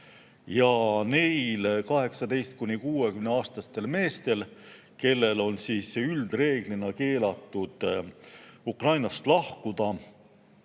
Ja need 18–60‑aastased mehed, kellel on üldreeglina keelatud Ukrainast lahkuda,